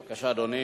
בבקשה, אדוני.